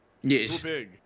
Yes